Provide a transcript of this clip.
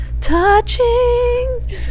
Touching